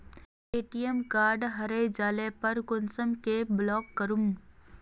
ATM card हरे जाले पर कुंसम के ब्लॉक करूम?